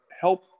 help